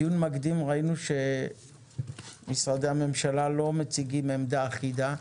בדיון מקדים ראינו שמשרדי הממשלה לא מציגים עמדה אחידה.